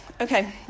Okay